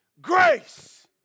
Grace